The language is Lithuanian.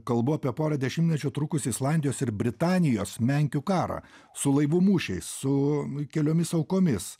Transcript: kalbu apie porą dešimtmečių trukusį islandijos ir britanijos menkių karą su laivų mūšiais su keliomis aukomis